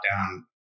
down